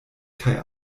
kaj